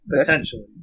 Potentially